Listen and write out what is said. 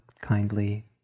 kindly